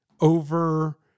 over